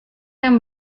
yang